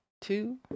two